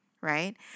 right